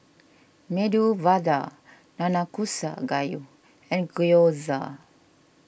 Medu Vada Nanakusa Gayu and Gyoza